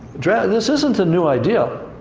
drought. this isn't a new idea.